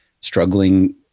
struggling